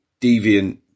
deviant